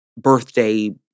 birthday